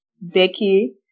Becky